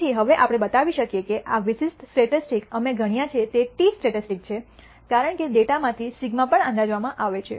તેથી હવે આપણે બતાવી શકીએ કે આ વિશિષ્ટ સ્ટેટિસ્ટિક્સ અમે ગણ્યા છે તે t સ્ટેટિસ્ટિક્સ છે કારણ કે ડેટામાંથી σ પણ અંદાજવામાં આવે છે